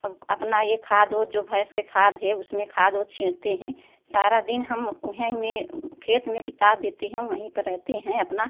अब अपना यह खाद ओद जो भैंस के खाद है उसमें खाद ओद छिड़कते हैं सारा दिन हम उहै में खेत में बिता देते हैं वहीं पर रहते हैं अपना